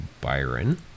Byron